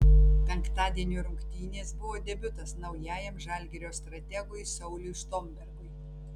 penktadienio rungtynės buvo debiutas naujajam žalgirio strategui sauliui štombergui